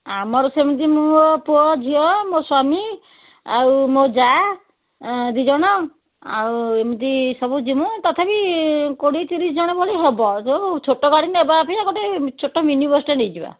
ଆମର ସେମିତି ମୋ ପୁଅ ଝିଅ ମୋ ସ୍ୱାମୀ ଆଉ ମୋ ଜାଆ ଦି ଜଣ ଆଉ ଏମିତି ସବୁ ଯିମୁ ତଥାପି କୋଡ଼ିଏ ତିରିଶି ଜଣ ଭଳି ହେବ ଯୋଉ ଛୋଟ ଗାଡ଼ି ନେବା ଅପେକ୍ଷା ଗୋଟେ ଛୋଟ ମିନି ବସ୍ଟେ ନେଇଯିବା